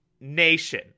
nation